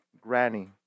Granny